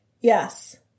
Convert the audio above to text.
Yes